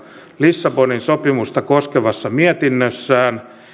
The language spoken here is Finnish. lissabonin sopimusta koskevassa mietinnössään